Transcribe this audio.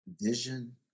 Vision